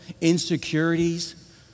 insecurities